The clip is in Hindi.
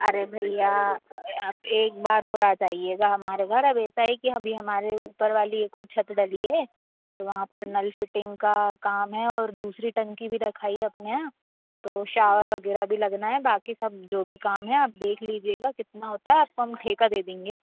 अरे भैया आप एक बार और आ जाइएगा हमारे घर अब ऐसा है कि अभी हमारे ऊपर वाली एक और छत डली है वहाँ पर नल फ़िटिंग का काम है और दूसरी टंकी भी रखाई है अपने यहाँ तो शावर वगैरह भी लगना है बाकी सब जो भी काम है आप देख लीजिएगा कितना होता है आप को हम ठेका दे देंगे